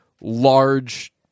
large